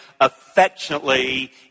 affectionately